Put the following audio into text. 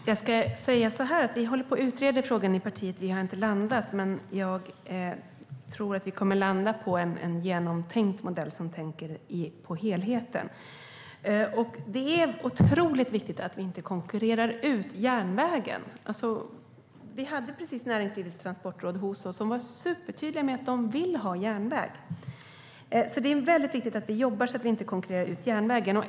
Herr talman! Jag kan säga så här: Vi håller på att utreda frågan i partiet. Vi har inte landat, men jag tror att vi kommer att landa på en genomtänkt modell där man ser till helheten. Det är otroligt viktigt att vi inte konkurrerar ut järnvägen. Vi hade just Näringslivets Transportråd hos oss, och de var supertydliga med att de vill ha järnväg. Det är viktigt att vi jobbar så att vi inte konkurrerar ut järnvägen.